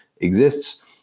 exists